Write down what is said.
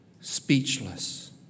speechless